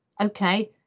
Okay